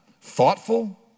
thoughtful